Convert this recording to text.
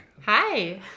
hi